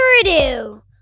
ado